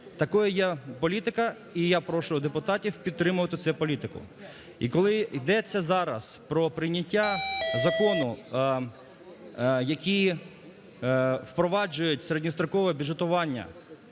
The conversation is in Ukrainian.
Такою є політика, і я прошу депутатів підтримати цю політика. І коли йдеться зараз про прийняття закону, який впроваджують середньострокове бюджетування